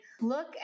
look